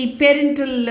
parental